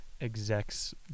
execs